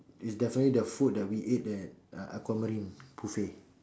it's definitely the food that we eat at Aquamarine buffet